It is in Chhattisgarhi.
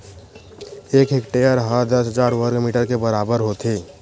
एक हेक्टेअर हा दस हजार वर्ग मीटर के बराबर होथे